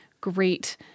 great